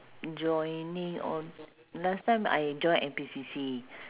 joining all last time I join N_P_C_C